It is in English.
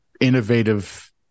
innovative